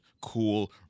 Cool